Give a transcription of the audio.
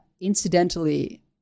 incidentally